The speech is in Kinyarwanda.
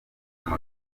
moto